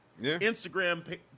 Instagram